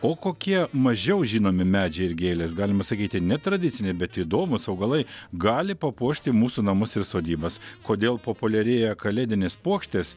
o kokie mažiau žinomi medžiai ir gėlės galima sakyti netradiciniai bet įdomūs augalai gali papuošti mūsų namus ir sodybas kodėl populiarėja kalėdinės puokštės